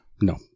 No